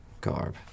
garb